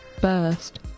burst